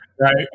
Right